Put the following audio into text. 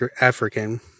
African